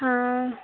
हँ